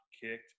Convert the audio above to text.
kicked